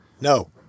No